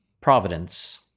providence